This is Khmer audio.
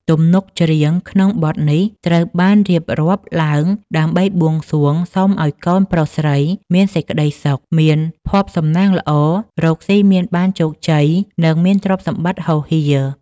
ទំនុកច្រៀងក្នុងបទនេះត្រូវបានរៀបរៀងឡើងដើម្បីបួងសួងសុំឱ្យកូនប្រុសស្រីមានសេចក្តីសុខ មានភ័ព្វសំណាងល្អ រកស៊ីមានបានជោគជ័យ និងមានទ្រព្យសម្បត្តិហូរហៀរ។